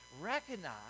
Recognize